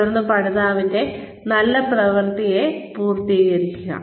തുടർന്ന് പഠിതാവിന്റെ നല്ല പ്രവൃത്തിയെ പൂർത്തീകരിക്കുക